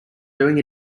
doing